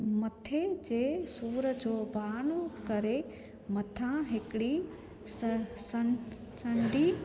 मथे जे सूर जो बहानो करे मथां हिकिड़ी स स संढी